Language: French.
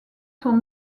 son